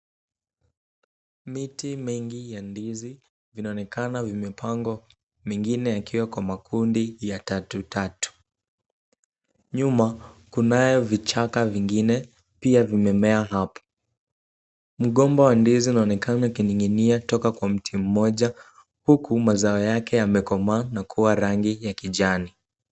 Miti mengi ya ndizi vinaonekana vimepangwa mingine yakiwa kwa makundi ya tatu tatu, nyuma kunayo vichaka vingine pia vimemea hapo. Mgomba wa ndizi unaonekana ukining'inia toka kwa mti mmoja huku mazao yake yamekomaa na kuwa rangi ya kijani.